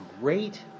great